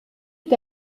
est